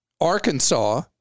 Arkansas